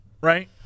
Right